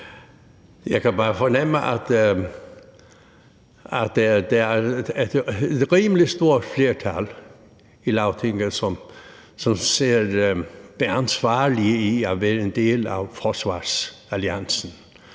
Jeg kan bare fornemme, at der er et rimelig stort flertal i Lagtinget, som ser det ansvarlige i at være en del af forsvarsalliancen,